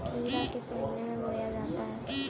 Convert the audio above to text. खीरा किस महीने में बोया जाता है?